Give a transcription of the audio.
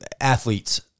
athletes